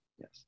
Yes